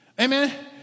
Amen